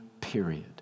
period